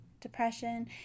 depression